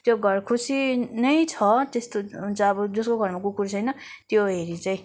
त्यो घर खुसी नै छ त्यस्तो हुन्छ अब जसको घरमा कुकुर छैन त्यो हेरी चाहिँ